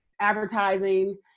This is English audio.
advertising